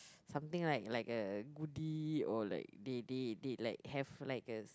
something like like a goodie or like they they they like have like a